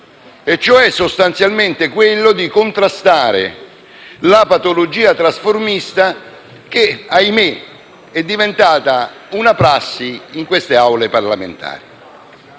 e cioè sostanzialmente contrastare la patologia trasformista, che - ahimè - è diventata una prassi in queste Aule parlamentari.